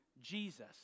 Jesus